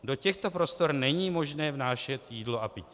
Do těchto prostor není možné vnášet jídlo a pití.